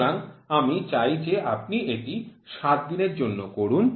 সুতরাং আমি চাই যে আপনি এটি ৭ দিনের জন্য করুন